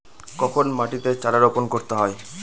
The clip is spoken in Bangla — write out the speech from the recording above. কখন মাটিতে চারা রোপণ করতে হয়?